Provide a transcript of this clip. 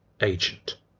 agent